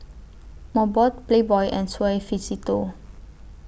Mobot Playboy and Suavecito